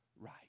right